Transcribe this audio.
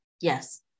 Yes